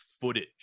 footage